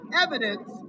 evidence